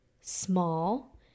small